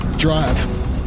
Drive